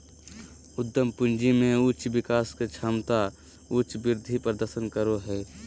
उद्यम पूंजी में उच्च विकास के क्षमता उच्च वृद्धि प्रदर्शन करो हइ